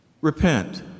repent